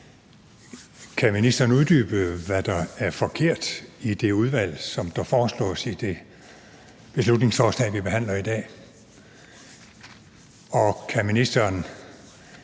Kan ministeren uddybe, hvad der er forkert i det udvalg, der foreslås i det beslutningsforslag, som vi behandler i dag? Og kan ministeren